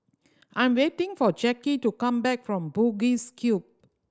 I am waiting for Jackie to come back from Bugis Cube